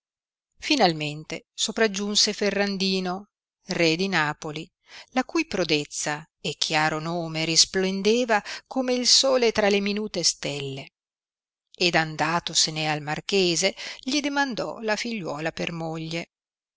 finalmente sopragiunse ferrandino ite di napoli la cui prodezza e chiaro nome risplendeva come il sole ira le minute stelle ed andatosene al marchese gli dimandò la figliuola per moglie